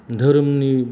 धोरोमनि